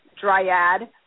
Dryad